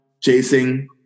chasing